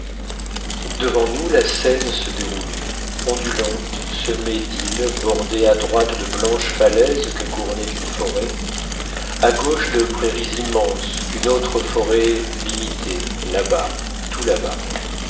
devant nous la seine se déroulait ondulante semée d'îles bordée à droite de blanches falaises que couronnait une forêt à gauche de prairies immenses qu'une autre forêt limitait là-bas tout là-bas